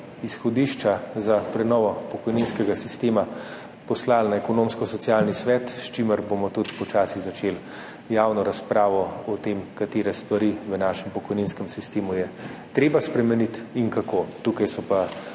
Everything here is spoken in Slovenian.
izhodišča za prenovo pokojninskega sistema poslali na Ekonomsko-socialni svet, s čimer bomo tudi počasi začeli javno razpravo o tem, katere stvari v našem pokojninskem sistemu je treba spremeniti in kako. Tukaj so pa